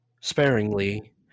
sparingly